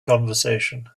conversation